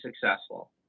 successful